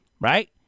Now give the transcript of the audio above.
right